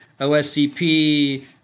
OSCP